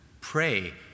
Pray